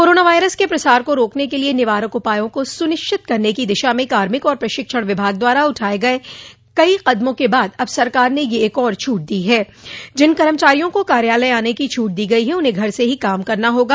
corona virus के प्रसार को रोकने के लिए निवारक उपायों को सुनिश्चित करने की दिशा में कार्मिक और प्रशिक्षण विभाग द्वारा उठाए गए कई कदमों के बाद अब सरकार ने यह एक और छूट दी है जिन कर्मचारियों को कार्यालय आने की छूट दी गई है उन्हें घर से ही काम करना होगा